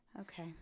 Okay